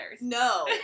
No